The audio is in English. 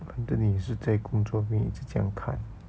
难得你也是在工作你一直怎样看